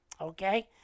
Okay